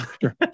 sure